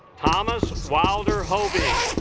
thomas wilder hobie